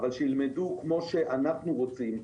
אבל שילמדו כמו שאנחנו רוצים,